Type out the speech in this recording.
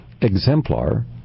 exemplar